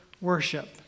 worship